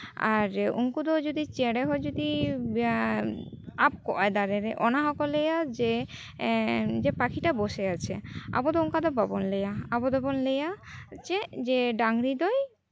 ᱟᱨ ᱩᱱᱠᱩ ᱦᱚᱸ ᱡᱩᱫᱤ ᱪᱮᱬᱮ ᱦᱚᱸ ᱡᱩᱫᱤ ᱟᱵ ᱠᱚᱜᱼᱟᱭ ᱫᱟᱨᱮ ᱨᱮ ᱚᱱᱟ ᱦᱚᱸᱠᱚ ᱞᱟᱹᱭᱟ ᱡᱮ ᱯᱟᱠᱷᱤᱴᱟ ᱵᱚᱥᱮ ᱟᱪᱷᱮ ᱟᱵᱚ ᱫᱚ ᱚᱱᱠᱟ ᱫᱚ ᱵᱟᱵᱚᱱ ᱞᱟᱹᱭᱟ ᱟᱵᱚ ᱫᱚᱵᱚᱱ ᱞᱟᱹᱭᱟ ᱪᱮᱫ ᱰᱟᱝᱨᱤ ᱫᱚᱭ